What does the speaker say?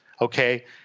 okay